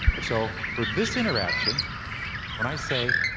so for this interaction when i say,